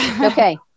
Okay